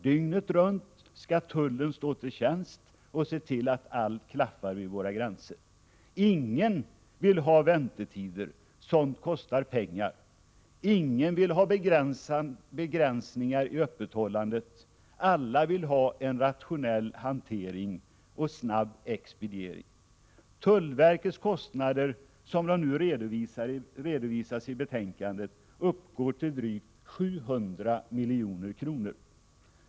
Dygnet runt skall tullen stå till tjänst och se till att allt klaffar vid våra gränser. Ingen vill ha väntetider — sådant kostar pengar. Ingen vill ha begränsningar i öppethållandet. Alla vill ha en rationell hantering och snabb expediering. Tullverkets kostnader, som de nu redovisas i betänkandet, uppgår till drygt 700 milj.kr.